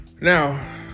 Now